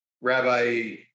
Rabbi